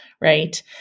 right